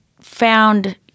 found